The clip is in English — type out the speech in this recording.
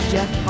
Jeff